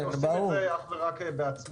אנחנו עושים את זה אך ורק בעצמנו.